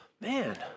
Man